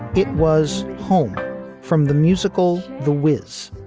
it was home from the musical the wiz,